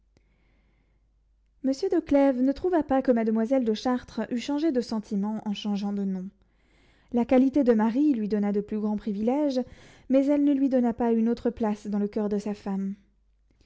monsieur de clèves ne trouva pas que mademoiselle de chartres eût changé de sentiment en changeant de nom la qualité de son mari lui donna de plus grands privilèges mais elle ne lui donna pas une autre place dans le coeur de sa femme